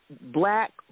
black